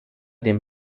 dem